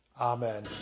Amen